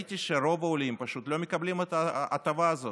ראיתי שרוב העולים פשוט לא מקבלים את ההטבה הזאת,